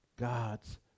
God's